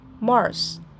Mars